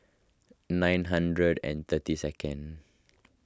nine hundred and thirty second